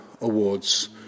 Awards